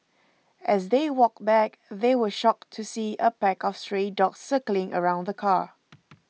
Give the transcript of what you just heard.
as they walked back they were shocked to see a pack of stray dogs circling around the car